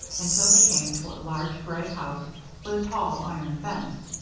until they came to a large gray house with a tall iron fence.